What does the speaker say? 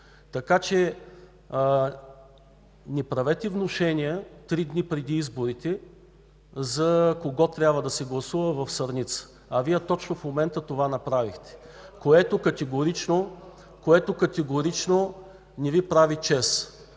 Така че не правете внушения три дни преди изборите за кого трябва да се гласува в Сърница. В момента направихте точно това, което категорично не Ви прави чест.